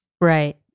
Right